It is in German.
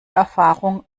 erfahrung